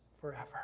forever